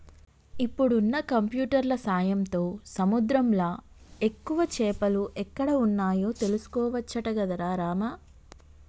ఇప్పుడున్న కంప్యూటర్ల సాయంతో సముద్రంలా ఎక్కువ చేపలు ఎక్కడ వున్నాయో తెలుసుకోవచ్చట గదరా రామా